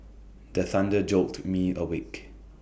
the thunder jolt me awake